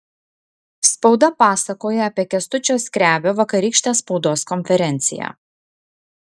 spauda pasakoja apie kęstučio skrebio vakarykštę spaudos konferenciją